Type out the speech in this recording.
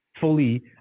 fully